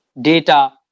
data